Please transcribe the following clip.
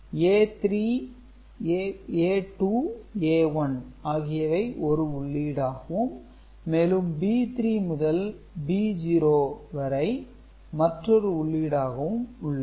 A 3 A 2 A 1 ஆகியவை ஒரு உள்ளீடாகவும் மேலும் B 3 முதல் B0 வரை மற்றொரு உள்ளீடாகவும் உள்ளது